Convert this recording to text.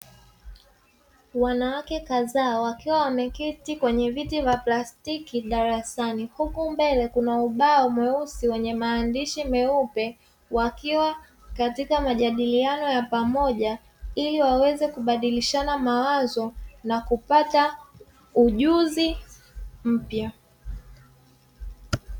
Wanawake kadhaa wakiwa wameketi kwenye viti vya plastiki darasani, huku mbele kuna ubao mweusi wenye maandishi meupe, wakiwa katika majadiliano ya pamoja ili waweze kubadilishana mawazo na kupata ujuzi mpya.